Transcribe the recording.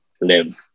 live